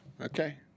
Okay